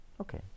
Okay